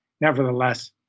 nevertheless